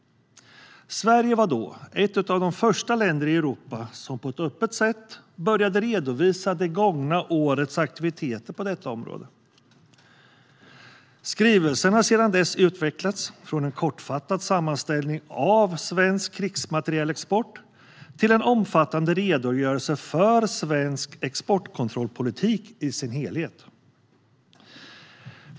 Sverige var då ett av de första länder i Europa som på ett öppet sätt började redovisa det gångna årets aktiviteter på detta område. Skrivelsen har sedan dess utvecklats från en kortfattad sammanställning av svensk krigsmaterielexport till en omfattande redogörelse för svensk exportkontrollpolitik i sin helhet.